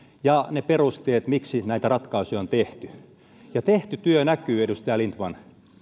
ja ne perusteet miksi näitä ratkaisuja on tehty ja tehty työ näkyy edustaja lindtman